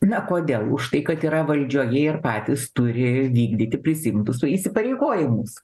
na kodėl už tai kad yra valdžioje ir patys turi vykdyti prisiimtus įsipareigojimus